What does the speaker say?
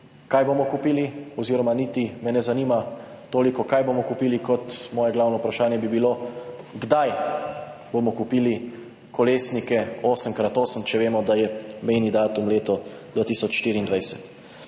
kaj bomo kupili? Oziroma me niti ne zanima toliko, kaj bomo kupili, moje glavno vprašanje bi bilo: Kdaj bomo kupili kolesnike 8x8, če vemo, da je mejni datum leto 2024?